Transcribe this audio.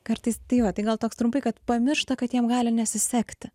kartais tai va tai gal toks trumpai kad pamiršta kad jiem gali nesisekti